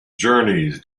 journeys